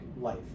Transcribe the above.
life